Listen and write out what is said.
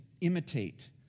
imitate